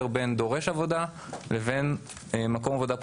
בין דורש עבודה לבין מקום עבודה פוטנציאלי,